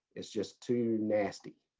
it's just too nasty.